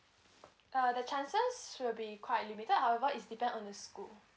uh the chances should be quite limited however is depend on the school